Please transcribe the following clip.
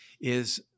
is-